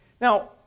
Now